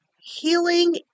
healing